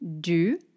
du